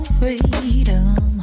freedom